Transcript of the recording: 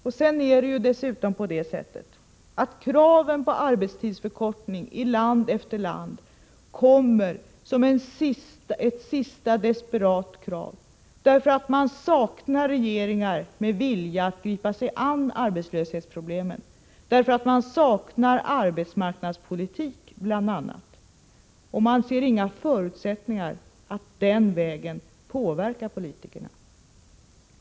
Dessutom är det ju på det sättet att kraven på arbetstidsförkortning i land efter land kommer som ett sista desperat nödrop, därför att man saknar regeringar med vilja att gripa sig an arbetslöshetsproblemen. Bl.a. saknas det en arbetsmarknadspolitik, och man ser inga förutsättningar att påverka politikerna att få till stånd en sådan.